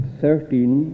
thirteen